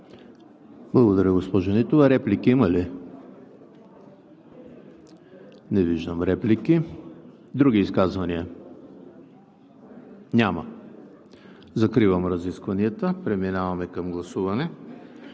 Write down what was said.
Благодаря, госпожо Нитова. Реплики има ли? Не виждам. Други изказвания? Няма. Закривам разискванията. Преминаваме към гласуване.